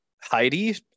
Heidi